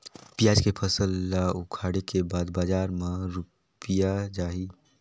पियाज के फसल ला उखाड़े के बाद बजार मा रुपिया जाही?